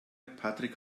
patrick